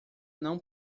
não